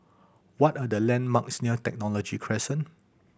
what are the landmarks near Technology Crescent